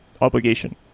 obligation